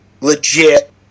legit